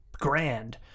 grand